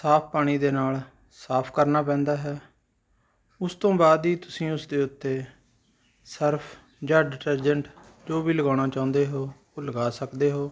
ਸਾਫ ਪਾਣੀ ਦੇ ਨਾਲ ਸਾਫ ਕਰਨਾ ਪੈਂਦਾ ਹੈ ਉਸ ਤੋਂ ਬਾਅਦ ਹੀ ਤੁਸੀਂ ਉਸਦੇ ਉੱਤੇ ਸਰਫ਼ ਜਾਂ ਡਿਟੇਰਜ਼ਟ ਜੋ ਵੀ ਲਗਾਉਣਾ ਚਾਹੁੰਦੇ ਹੋ ਉਹ ਲਗਾ ਸਕਦੇ ਹੋ